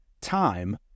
Time